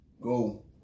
go